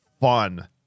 fun